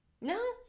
No